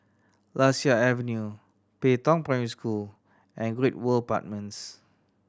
Lasia Avenue Pei Tong Primary School and Great World Apartments